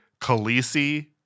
Khaleesi